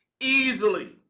Easily